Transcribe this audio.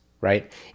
right